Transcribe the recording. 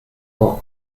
for